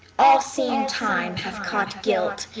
all-seeing time hath caught guilt,